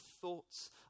thoughts